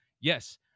yes